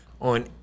on